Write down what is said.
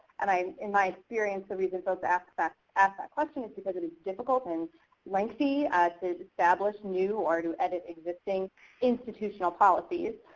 and i mean in my experience the reason folks ask that ask that question is because it is difficult and lengthy to establish new or to edit existing institutional policies.